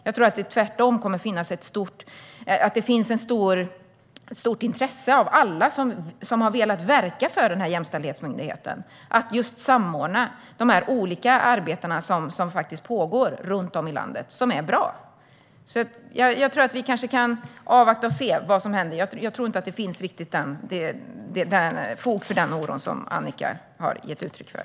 Jag tror att det tvärtom finns ett stort intresse hos alla som har verkat för den här jämställdhetsmyndigheten att samordna de olika arbeten som pågår runt om i landet och som är bra. Jag tror att vi kanske kan avvakta och se vad som händer. Jag tror inte att det finns fog för den oro som Annika har gett uttryck för.